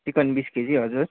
chicken बिस KG हजुर